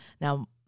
Now